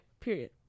Period